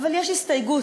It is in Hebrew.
אבל יש הסתייגות: